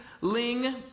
Ling